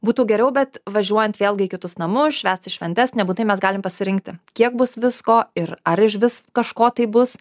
būtų geriau bet važiuojant vėlgi į kitus namus švęsti šventes nebūtinai mes galim pasirinkti kiek bus visko ir ar iš vis kažko tai bus